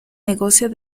negocio